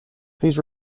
please